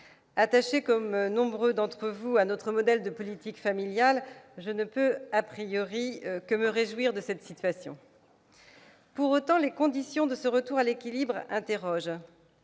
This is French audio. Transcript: Attachée, comme nombre d'entre vous, à notre modèle de politique familiale, je ne peux,, que me réjouir de cette situation. Pour autant, les conditions de ce retour à l'équilibre suscitent